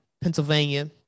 Pennsylvania